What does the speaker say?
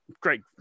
great